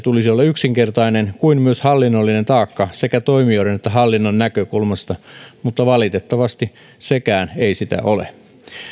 tulisi olla yksinkertainen kuin myös hallinnollinen taakka sekä toimijoiden että hallinnon näkökulmasta mutta valitettavasti sekään ei sitä ole